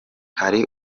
hari